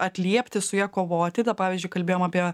atliepti su ja kovoti tai pavyzdžiui kalbėjome apie